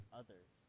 others